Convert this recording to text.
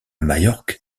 majorque